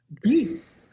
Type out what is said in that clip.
Beef